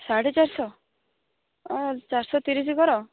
ସାଢ଼େ ଚାରିଶହ ଚାରିଶହ ତିରିଶ କର